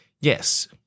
Yes